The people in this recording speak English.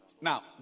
Now